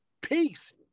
peace